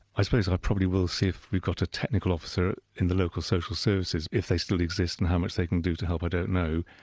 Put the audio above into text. i suppose i probably will see if we've got a technical officer in the local social services, if they still exist and how much they can do to help i don't know.